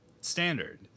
standard